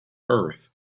earth